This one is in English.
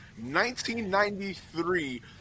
1993